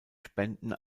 spenden